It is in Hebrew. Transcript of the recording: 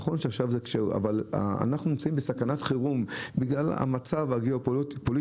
נכון שעכשיו אבל אנחנו נמצאים עכשיו בסכנת חירום בגלל המצב הגיאופוליטי